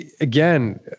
again